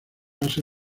base